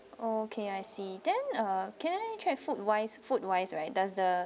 okay I see then uh can I check food wise food wise right does the